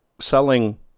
selling